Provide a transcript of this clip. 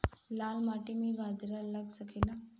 लाल माटी मे बाजरा लग सकेला?